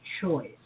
choice